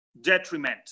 detriment